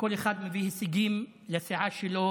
כל אחד מביא הישגים לסיעה שלו